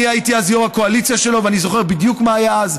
אני הייתי אז יו"ר הקואליציה שלו ואני זוכר בדיוק מה היה אז,